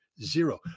Zero